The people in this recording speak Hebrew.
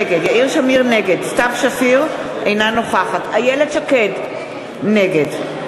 נגד סתיו שפיר, אינה נוכחת איילת שקד, נגד